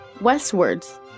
Westwards